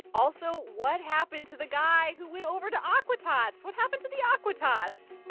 also, what happened to the guy who went over to aqua tots? what happened to the aqua tots?